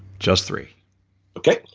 just three okay.